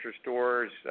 stores